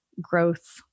growth